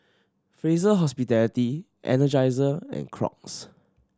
Fraser Hospitality Energizer and Crocs